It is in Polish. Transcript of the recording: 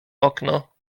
okno